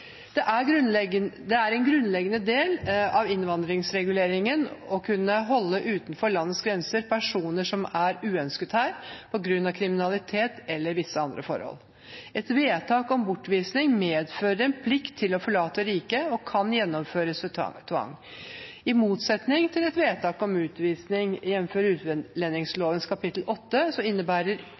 Det er en grunnleggende del av innvandringsreguleringen å kunne holde utenfor landets grenser personer som er uønsket her på grunn av kriminalitet eller visse andre forhold. Et vedtak om bortvisning medfører en plikt til å forlate riket og kan gjennomføres ved tvang. I motsetning til et vedtak om utvisning, jamfør utlendingsloven kapittel 8, innebærer